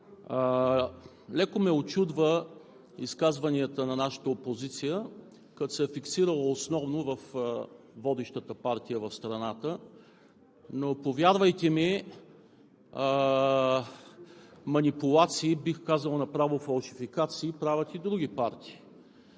Леко ме учудват изказванията на нашата опозиция, която се е фиксирала основно върху водещата партия в страната. Повярвайте ми, манипулации, бих казал, направо фалшификации, правят и други партии.